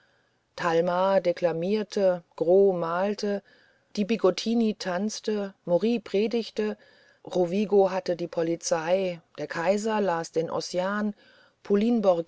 talma deklamierte gros malte die bigottini tanzte maury predigte rovigo hatte die polizei der kaiser las den ossian pauline